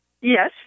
Yes